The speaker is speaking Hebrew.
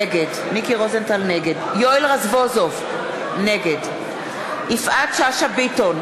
נגד יואל רזבוזוב, נגד יפעת שאשא ביטון,